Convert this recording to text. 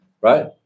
right